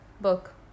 book